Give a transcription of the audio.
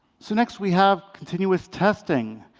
so next, we have continuous testing,